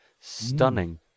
Stunning